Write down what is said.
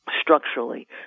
structurally